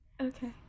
Okay